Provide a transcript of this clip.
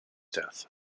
death